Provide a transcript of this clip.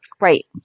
Right